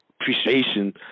appreciation